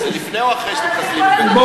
לפני או אחרי שאתם מחסלים את בית-המשפט העליון?